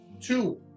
Two